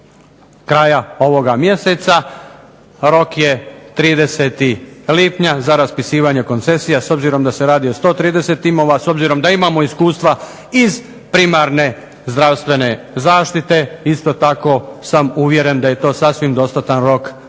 kraja ovoga mjeseca. Rok je 30. lipnja za raspisivanje koncesija. S obzirom da se radi o 130 timova s obzirom da imamo iskustava iz primarne zdravstvene zaštite, isto tako sam uvjeren da je to sasvim dostatan rok da